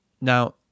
Now